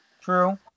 True